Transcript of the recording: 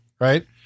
right